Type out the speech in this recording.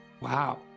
wow